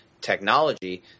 technology